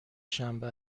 شنبه